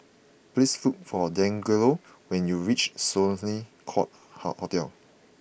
please look for Dangelo when you reach Sloane Court hot Hotel